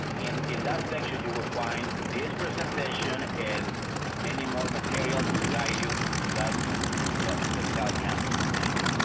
in in that section you will find this presentation and many more materials to guide you to guide you through and yeah the child count submission.